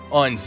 on